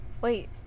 Wait